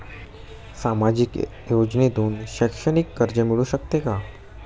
सामाजिक योजनेतून शैक्षणिक कर्ज मिळू शकते का?